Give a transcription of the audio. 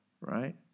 right